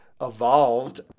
evolved